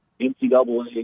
NCAA